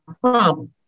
problem